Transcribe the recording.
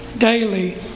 daily